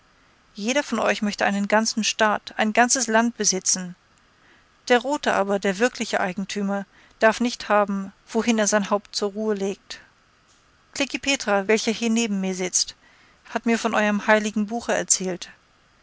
jeder von euch möchte einen ganzen staat ein ganzes land besitzen der rote aber der wirkliche eigentümer darf nicht haben wohin er sein haupt zur ruhe legt klekih petra welcher hier neben mir sitzt hat mir von euerm heiligen buche erzählt